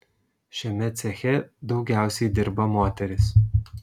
šiame ceche daugiausiai dirba moterys